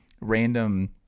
random